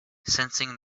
sensing